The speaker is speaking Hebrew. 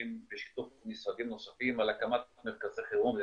בשיתוף משרדים נוספים על הקמת מרכזי חירום לנשים.